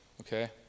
okay